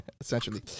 essentially